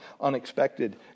unexpected